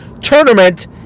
tournament